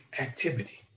activity